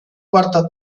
quarta